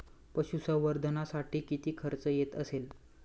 पशुसंवर्धनासाठी किती खर्च येत असेल?